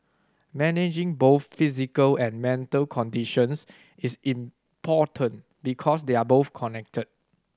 managing both physical and mental conditions is important because they are both connected